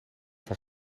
van